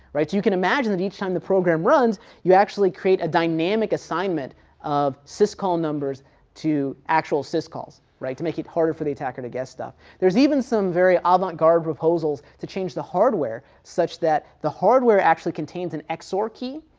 right. so you could imagine that each time the program runs, you actually create a dynamic assignment of syscall numbers to actual syscalls, right. to make it harder for the attacker to get stuff. there's even some very avant garde proposals to change the hardware such that the hardware actually contains an xor key,